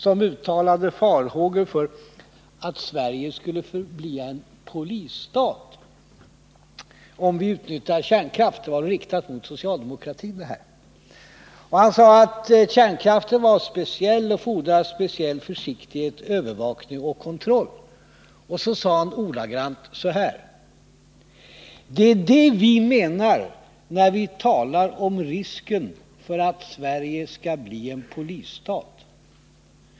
Han uttalade farhågor för att Sverige skall bli en polisstat, om vi utnyttjar kärnkraften. Detta var riktat mot socialdemokratin. Han sade att kärnkraften är speciell och att den fordrar speciell försiktighet, övervakning och kontroll. Och så sade han ordagrant följande: ”Det är det vi menar när vi talar om risken för att Sverige skall bli en polisstat.